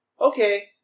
Okay